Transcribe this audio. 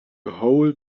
whole